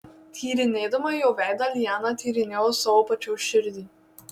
tyrinėdama jo veidą liana tyrinėjo savo pačios širdį